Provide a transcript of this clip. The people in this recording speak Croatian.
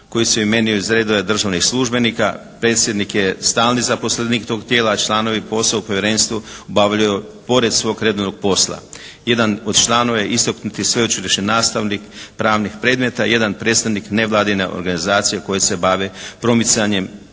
koji se imenuju iz redova državnih službenika. Predsjednik je stalni zaposlenik tog tijela, a članovi posao u povjerenstvu obavljaju pored svog redovnog posla. Jedan od članova je istaknuti sveučilišni nastavnik pravnih predmeta, jedan predstavnik nevladine organizacije koji se bavi promicanjem